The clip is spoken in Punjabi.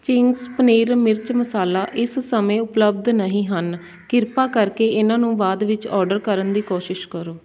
ਚਿੰਗਜ਼ ਪਨੀਰ ਮਿਰਚ ਮਸਾਲਾ ਇਸ ਸਮੇਂ ਉਪਲੱਬਧ ਨਹੀਂ ਹਨ ਕ੍ਰਿਪਾ ਕਰਕੇ ਇਹਨਾਂ ਨੂੰ ਬਾਅਦ ਵਿੱਚ ਔਡਰ ਕਰਨ ਦੀ ਕੋਸ਼ਿਸ਼ ਕਰੋ